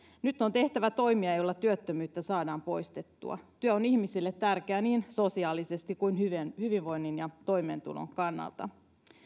nyt on tehtävä toimia joilla työttömyyttä saadaan poistettua työ on ihmisille tärkeää niin sosiaalisesti kuin hyvinvoinnin ja toimeentulon kannalta